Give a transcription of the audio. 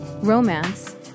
romance